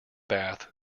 bath